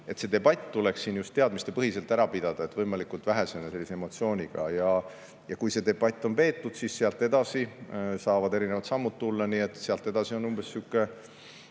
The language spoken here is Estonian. See debatt tuleks siin just teadmistepõhiselt ära pidada ja võimalikult vähese emotsiooniga. Ja kui see debatt on peetud, siis sealt edasi saavad erinevad sammud tulla, nii et sealt edasi läheb